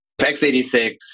X86